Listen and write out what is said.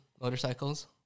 Motorcycles